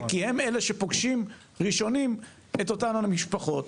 כי הם אלה שפוגשים ראשונים את אותן המשפחות,